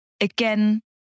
again